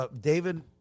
David